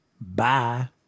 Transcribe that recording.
Bye